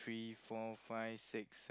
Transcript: three four five six se~